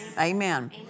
Amen